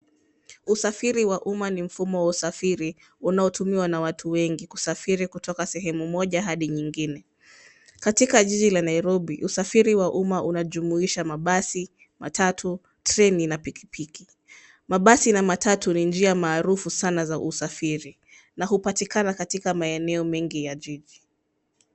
Usafiri wa umma ni mfumo wa usafiri unaotumiwa na watu wengi kusafiri kutoka sehemu moja hadi nyingine. Katika jiji la Nairobi usafiri wa umma unajumuisha mabasi, matatu, treni na pikipiki. Mabasi na matatu ni njia maarufu ya usafiri na hupatikana katika maeneo mengi ya jiji.